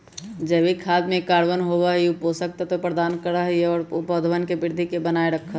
जैविक खाद में कार्बन होबा हई ऊ पोषक तत्व प्रदान करा हई और पौधवन के वृद्धि के बनाए रखा हई